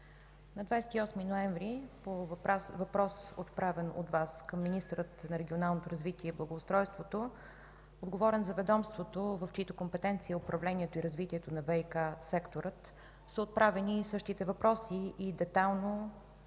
на 28 ноември по въпрос отправен от Вас към министъра на регионалното развитие и благоустройството – отговорен за ведомството, в чиито компетенции е управлението и развитието на ВиК-сектора, са отправени същите въпроси и детайлно